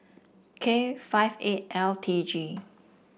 K five eight L T G